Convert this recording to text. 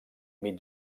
mig